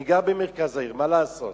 אני גר במרכז העיר, מה לעשות.